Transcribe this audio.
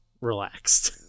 relaxed